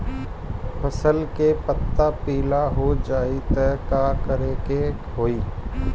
फसल के पत्ता पीला हो जाई त का करेके होई?